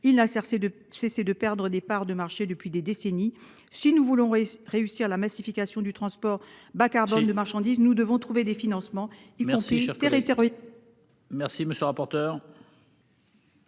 de cesser de perdre des parts de marché depuis des décennies. Si nous voulons réussir la massification du transport bas-carbone de marchandises. Nous devons trouver des financements y penser.-- Merci monsieur rapporteur.--